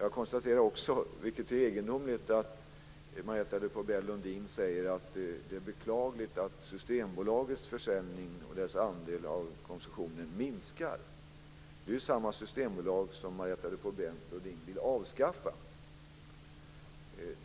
Jag konstaterar också, vilket är egendomligt, att Marietta de Pourbaix-Lundin säger att det är beklagligt att Systembolagets andel av försäljningen minskar. Det är ju samma systembolag som Marietta de Pourbaix-Lundin vill avskaffa.